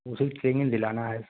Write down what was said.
اسے ٹینگن دلانا ہے